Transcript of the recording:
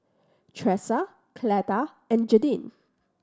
Tresa Cleta and Jadyn